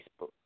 Facebook